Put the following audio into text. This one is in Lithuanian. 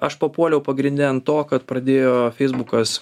aš papuoliau pagrinde ant to kad pradėjo feisbukas